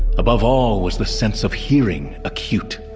above all was the sense of hearing acute